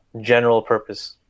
general-purpose